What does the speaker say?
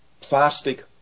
plastic